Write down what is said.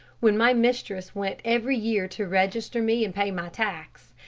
when my mistress went every year to register me and pay my tax,